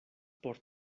por